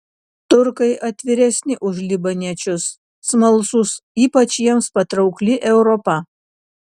turkai atviresni už libaniečius smalsūs ypač jiems patraukli europa